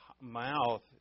mouth